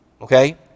okay